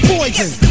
Poison